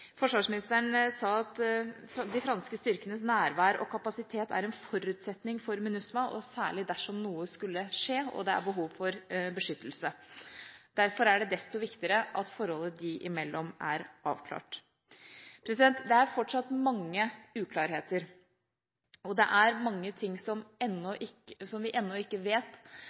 Forsvarsministeren sa at de franske styrkenes nærvær og kapasitet er en forutsetning for MINUSMA og særlig dersom noe skulle skje og det er behov for beskyttelse. Derfor er det desto viktigere at forholdet dem imellom er avklart. Det er fortsatt mange uklarheter, og det er mange ting som vi ennå ikke vet,